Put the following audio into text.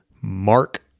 mark